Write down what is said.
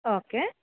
okay